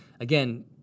again